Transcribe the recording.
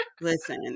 Listen